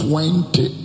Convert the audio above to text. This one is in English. Twenty